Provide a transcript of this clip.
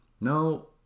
no